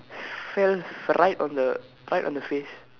fell right on the right on the face